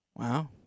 Wow